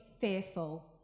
fearful